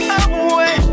away